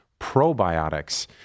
probiotics